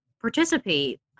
participate